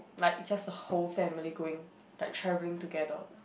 like just the whole family going like traveling together